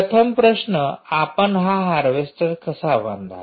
प्रथम प्रश्न आपण हा हार्वेस्टर कसा बांधाल